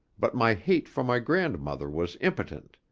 but my hate for my grandmother was impotent,